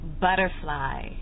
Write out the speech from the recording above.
butterfly